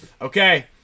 Okay